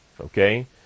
Okay